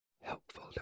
helpful